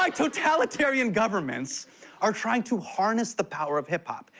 like totalitarian governments are trying to harness the power of hip-hop.